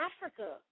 Africa